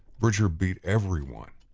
bridger beat everyone,